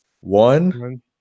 One